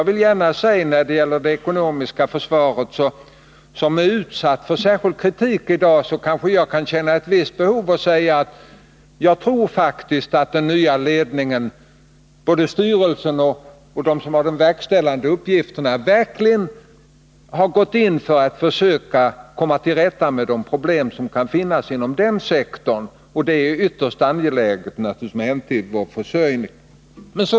När det gäller det ekonomiska försvaret, vilket utsätts för särskilt stark kritik i dag, känner jag ett visst behov av att få säga att jag faktiskt tror att den nya ledningen — jag avser både styrelsen och dem som har de verkställande uppgifterna — verkligen har gått in för att komma till rätta med de problem som kan finnas inom den sektorn. Det är naturligtvis ytterst angeläget med tanke på vår försörjning.